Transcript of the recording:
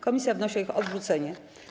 Komisja wnosi o ich odrzucenie.